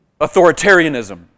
authoritarianism